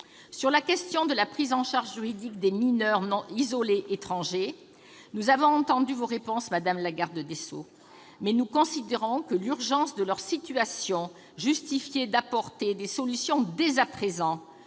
au sujet de la prise en charge juridique des mineurs isolés étrangers, nous avons entendu vos réponses. Mais nous considérons que l'urgence de leur situation justifie d'apporter des solutions dès à présent.